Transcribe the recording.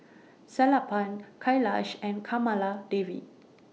Sellapan Kailash and Kamaladevi